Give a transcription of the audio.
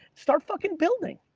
start fucking building.